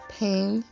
pain